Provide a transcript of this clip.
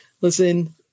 listen